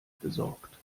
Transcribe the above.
besorgt